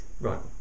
Right